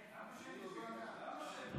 זה בהסכמה.